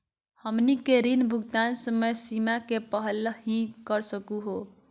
हमनी के ऋण भुगतान समय सीमा के पहलही कर सकू हो?